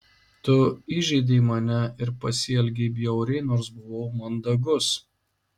tu įžeidei mane ir pasielgei bjauriai nors buvau mandagus